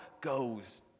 goes